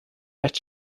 recht